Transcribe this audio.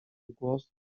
głos